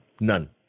None